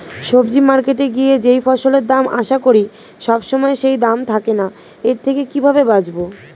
সবজি মার্কেটে গিয়ে যেই ফসলের দাম আশা করি সবসময় সেই দাম থাকে না এর থেকে কিভাবে বাঁচাবো?